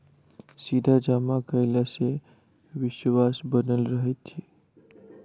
सीधा जमा कयला सॅ विश्वास बनल रहैत छै